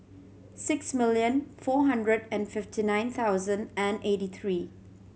six millon four hundred and fifty nine thousand and eighty three